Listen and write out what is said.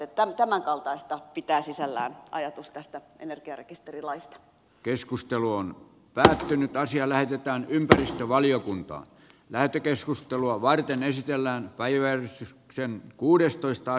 tämän kaltaista pitää sisällään ajatus energiarekisterilaista keskusteluaan väsähtynyt asia lähetetään ympäristövaliokuntaan lähetekeskustelua varten esitellään kaiversi sen kuudestoista